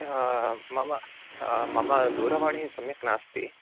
मम मम दूरवाणी सम्यक् नास्ति